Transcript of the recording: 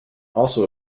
also